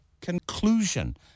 conclusion